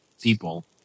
people